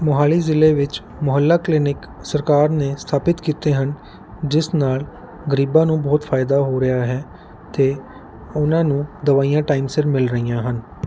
ਮੋਹਾਲੀ ਜ਼ਿਲ੍ਹੇ ਵਿੱਚ ਮੁਹੱਲਾ ਕਲੀਨਿਕ ਸਰਕਾਰ ਨੇ ਸਥਾਪਿਤ ਕੀਤੇ ਹਨ ਜਿਸ ਨਾਲ ਗਰੀਬਾਂ ਨੂੰ ਬਹੁਤ ਫਾਇਦਾ ਹੋ ਰਿਹਾ ਹੈ ਅਤੇ ਉਹਨਾਂ ਨੂੰ ਦਵਾਈਆਂ ਟਾਈਮ ਸਿਰ ਮਿਲ ਰਹੀਆਂ ਹਨ